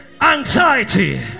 anxiety